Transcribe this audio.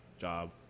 job